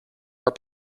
are